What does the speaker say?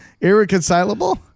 Irreconcilable